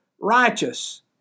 righteous